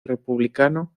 republicano